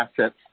assets